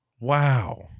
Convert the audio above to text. wow